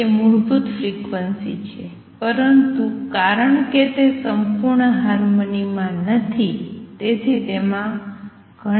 તે મૂળભૂત ફ્રિક્વન્સી છે પરંતુ કારણ કે તે સંપૂર્ણ હાર્મની માં નથી તેથી તેમાં ઘણા વધુ હાર્મોનિક્સ શામેલ છે